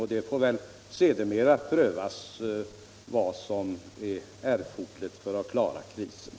Sedermera får det prövas vad som är erforderligt för att klara krisen.